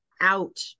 out